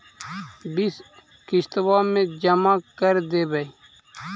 बिस किस्तवा मे जमा कर देवै?